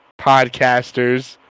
podcasters